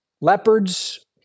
leopards